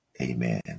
Amen